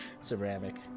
Ceramic